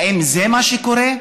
האם זה מה שקורה?